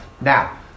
Now